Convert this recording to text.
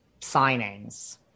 signings